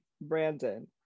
Brandon